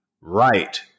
right